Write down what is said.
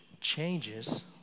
changes